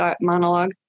monologue